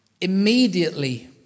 Immediately